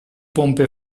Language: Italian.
pompe